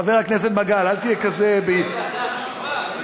חבר הכנסת מגל, אל תהיה כזה, לא, זאת הצעה חשובה.